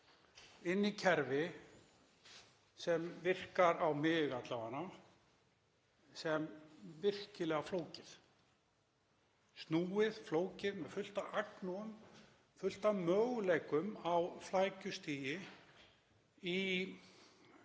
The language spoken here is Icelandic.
inn í kerfi sem virkar á mig alla vegana sem virkilega flókið. Snúið, flókið með fullt af agnúum, fullt af möguleikum á flækjustigi í